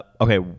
Okay